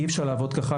אי אפשר לעבוד כך.